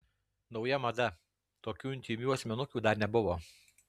nauja mada tokių intymių asmenukių dar nebuvo